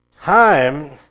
time